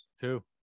two